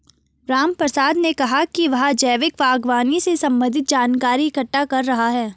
रामप्रसाद ने कहा कि वह जैविक बागवानी से संबंधित जानकारी इकट्ठा कर रहा है